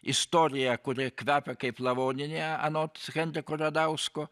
istorija kuri kvepia kaip lavoninė anot henriko radausko